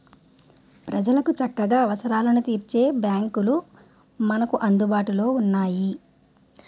ప్రజలకు చక్కగా అవసరాలను తీర్చే బాంకులు మనకు అందుబాటులో ఉన్నాయి